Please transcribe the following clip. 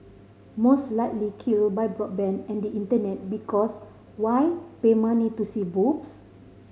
most likely killed by broadband and the Internet because why pay money to see boobs